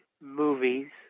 movies